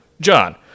John